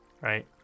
right